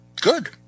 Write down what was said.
Good